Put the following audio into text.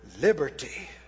Liberty